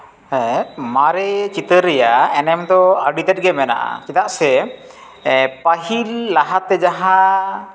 ᱦᱮᱸ ᱢᱟᱨᱮ ᱪᱤᱛᱟᱹᱨ ᱨᱮᱭᱟᱜ ᱮᱱᱮᱢ ᱫᱚ ᱟᱹᱰᱤ ᱛᱮᱜ ᱜᱮ ᱢᱮᱱᱟᱜᱼᱟ ᱪᱮᱫᱟᱜ ᱥᱮ ᱯᱟᱹᱦᱤᱞ ᱞᱟᱦᱟᱛᱮ ᱡᱟᱦᱟᱸ